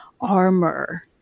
armor